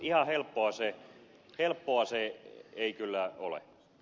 ihan helppoa se ei kyllä ole